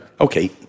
Okay